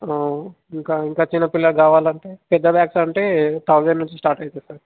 ఇంకా ఇంకా చిన్నపిల్లక్కావాలంటే పెద్ద బ్యాగ్స్ అంటే తౌసండ్ నుంచి స్టార్ట్ అవుతాయి సార్